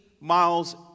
miles